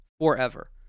forever